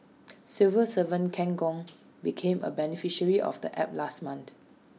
civil servant Ken Gong became A beneficiary of the app last month